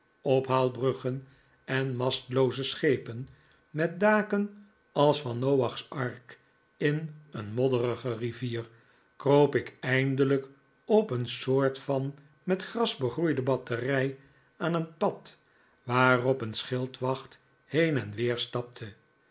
ophaalbruggen en mastlooze schepen met daken als van noach's ark in een modderige rivier kroop ik eindelijk op een soort van met gras begroeide batterij aan een pad waarop een schildwacht heen en weer stapte